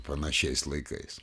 panašiais laikais